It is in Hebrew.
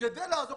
כדי לעזור